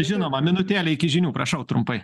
žinoma minutėlė iki žinių prašau trumpai